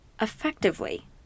effectively